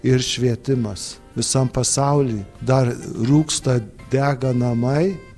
ir švietimas visam pasauly dar rūksta dega namai